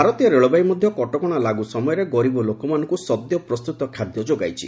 ଭାରତୀୟ ରେଳବାଇ ମଧ୍ୟ କଟକଣା ଲାଗୁ ସମୟରେ ଗରିବ ଲୋକମାନଙ୍କୁ ସଦ୍ୟ ପ୍ରସ୍ତୁତ ଖାଦ୍ୟ ଯୋଗାଇଛି